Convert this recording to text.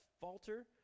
falter